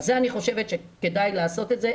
אני חושבת שכדאי לעשות את זה.